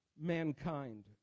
mankind